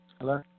Hello